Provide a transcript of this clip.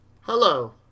Hello